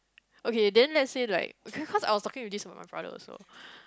okay then let's say like 'kay 'cause I was talking to my this brother also